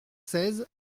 seize